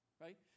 Right